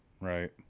Right